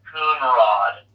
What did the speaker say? Coonrod